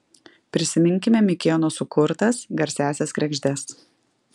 prisiminkime mikėno sukurtas garsiąsias kregždes